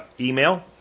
email